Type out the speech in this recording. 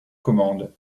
commandes